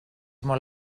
molt